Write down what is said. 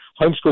homeschool